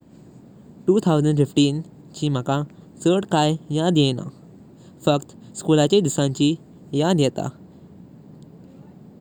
दोन हजार पंधरा चे माका चड काई याद येयना। फक्त शाळेची दिवसांची याद येता।